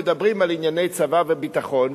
מדברים על ענייני צבא וביטחון.